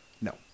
no